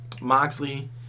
Moxley